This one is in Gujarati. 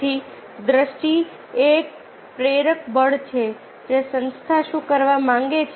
તેથી દ્રષ્ટિ એ એક પ્રેરક બળ છે જે સંસ્થા શું કરવા માંગે છે